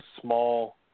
small